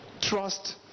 trust